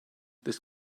this